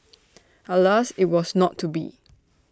alas IT was not to be